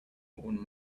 own